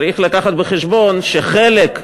צריך להביא בחשבון שחלק,